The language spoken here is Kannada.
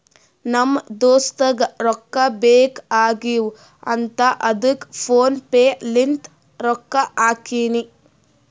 ನಮ್ ದೋಸ್ತುಗ್ ರೊಕ್ಕಾ ಬೇಕ್ ಆಗೀವ್ ಅಂತ್ ಅದ್ದುಕ್ ಫೋನ್ ಪೇ ಲಿಂತ್ ರೊಕ್ಕಾ ಹಾಕಿನಿ